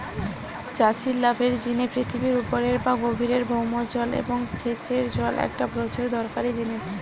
চাষির লাভের জিনে পৃথিবীর উপরের বা গভীরের ভৌম জল এবং সেচের জল একটা প্রচুর দরকারি জিনিস